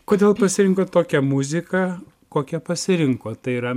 kodėl pasirinkot tokią muziką kokią pasirinkot tai yra